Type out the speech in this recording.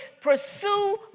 pursue